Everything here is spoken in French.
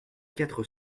quatre